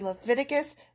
Leviticus